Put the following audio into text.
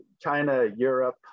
China-Europe